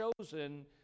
chosen